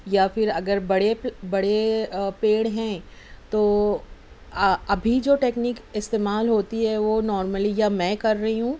یا پھر اگر بڑے بڑے پیڑ ہیں تو آ ابھی جو ٹیکنیک استعمال ہوتی ہے وہ نارملی یا میں کر رہی ہوں